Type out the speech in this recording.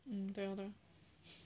mm 对喽对喽